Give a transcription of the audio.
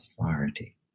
authority